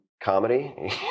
Comedy